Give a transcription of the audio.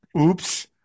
Oops